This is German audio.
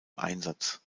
einsatz